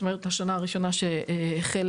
השנה הראשונה שהחל